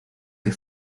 que